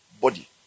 body